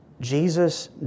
Jesus